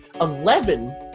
Eleven